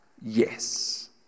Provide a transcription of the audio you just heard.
yes